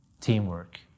teamwork